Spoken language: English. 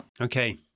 Okay